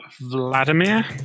Vladimir